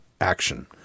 action